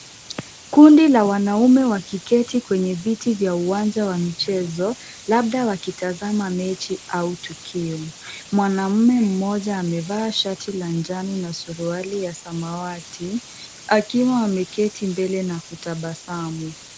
Kundi la wanaume wakiketi kwenye viti vya uwanja wa michezo labda wakitazama mechi au tukio. Mwanaume mmoja amevaa shati la njano na suruali ya samawati hakimu ameketi mbele na kutabasamu.